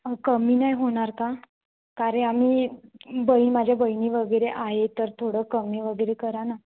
अ कमी नाही होणार का कारण आम्ही बहीण माझ्या बहिणी वगैरे आहे तर थोडं कमी वगैरे करा ना